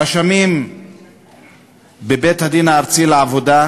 רשמים בבית-הדין הארצי לעבודה,